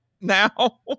now